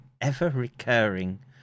ever-recurring